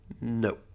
No